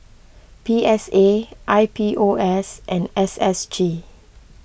P S A I P O S and S S G